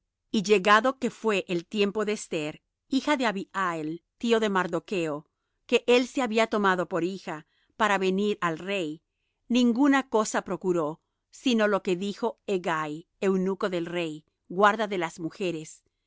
y llegado que fué el tiempo de esther hija de abihail tío de mardocho que él se había tomado por hija para venir al rey ninguna cosa procuró sino lo que dijo hegai eunuco del rey guarda de las mujeres